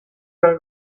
del